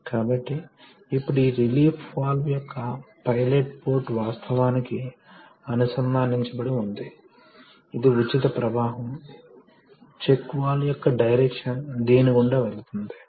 మరోవైపు motor pump యొక్క ప్రతిరూపం మోటారు ప్రెషర్ ద్వారా ద్రవాన్ని అందుకుంటుంది మరియు లోడ్కు వ్యతిరేకంగా కదలికను సృష్టిస్తుంది